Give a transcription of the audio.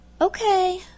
Okay